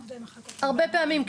הרבה פעמים כן,